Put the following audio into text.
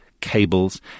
cables